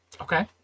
Okay